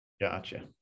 gotcha